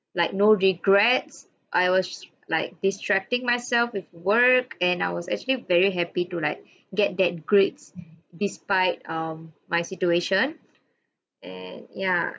like no regrets I was like distracting myself with work and I was actually very happy to like get that grades despite um my situation and ya